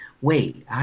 wait